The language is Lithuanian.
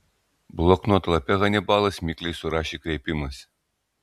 bloknoto lape hanibalas mikliai surašė kreipimąsi